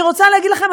אני רוצה להגיד לכם,